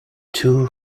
two